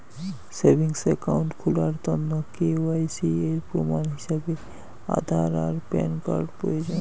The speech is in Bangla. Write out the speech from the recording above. সেভিংস অ্যাকাউন্ট খুলার তন্ন কে.ওয়াই.সি এর প্রমাণ হিছাবে আধার আর প্যান কার্ড প্রয়োজন